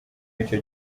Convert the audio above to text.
w’icyo